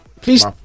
Please